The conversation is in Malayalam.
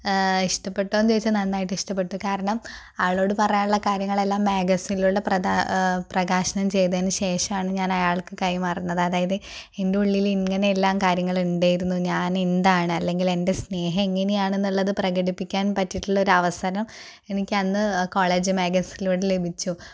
ഇഷ്ടപ്പെട്ടൊന്നു ചോദിച്ചാൽ നന്നായിട്ട് അത് ഇഷ്ടപ്പെട്ടു കാരണം ആളോട് പറയാനുള്ള കാര്യങ്ങളെല്ലാം മാഗസിനിലൂടെ പ്രധാ പ്രകാശനം ചെയ്തതിന് ശേഷമാണ് ഞാൻ അയാൾക്ക് കൈമാറുന്നത് അതായത് എൻ്റെ ഉള്ളില് ഇങ്ങനെയെല്ലാം കാര്യങ്ങള് ഉണ്ടായിരുന്നു ഞാന് എന്താണ് അല്ലങ്കിൽ എൻ്റെ സ്നേഹം എങ്ങനെയാണെന്നുള്ളത് പ്രടിപ്പിക്കാൻ പറ്റിട്ടുള്ളൊരു അവസരം എനിക്ക് അന്ന് കോളേജ് മാഗസിനിലൂടെ ലഭിച്ചു